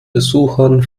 besuchern